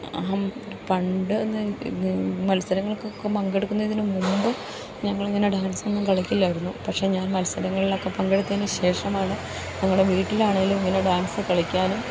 പണ്ട് മത്സരങ്ങൾക്കൊക്ക പങ്കെടുക്കുന്നതിനു മുമ്പ് ഞങ്ങൾ ഇങ്ങനെ ഡാൻസൊന്നും കളിക്കില്ലായിരുന്നു പക്ഷെ ഞാൻ മത്സരങ്ങളിലൊക്കെ പങ്കെടുത്തതിനു ശേഷമാണ് ഞങ്ങളെ വീട്ടിലാണെങ്കിലും ഇങ്ങനെ ഡാൻസ് കളിക്കാനും